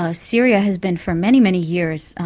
ah syria has been for many, many years,